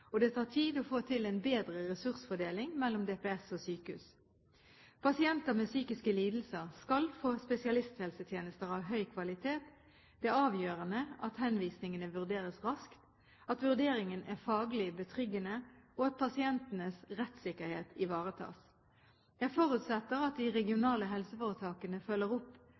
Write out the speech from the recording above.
og det tar tid å få til en bedre ressursfordeling mellom DPS og sykehus. Pasienter med psykiske lidelser skal få spesialisthelsetjenester av høy kvalitet. Det er avgjørende at henvisningen vurderes raskt, at vurderingen er faglig betryggende, og at pasientenes rettssikkerhet ivaretas. Jeg forutsetter at de regionale helseforetakene følger opp